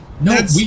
No